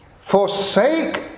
Forsake